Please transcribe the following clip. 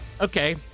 Okay